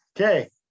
okay